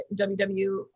WW